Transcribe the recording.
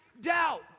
doubt